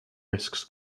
risks